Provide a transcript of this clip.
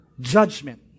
judgment